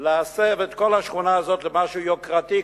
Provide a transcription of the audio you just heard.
להסב את כל השכונה הזאת למשהו יוקרתי,